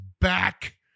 back